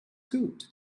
good